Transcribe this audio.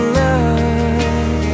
love